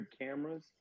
cameras